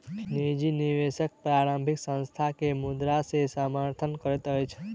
निजी निवेशक प्रारंभिक संस्थान के मुद्रा से समर्थन करैत अछि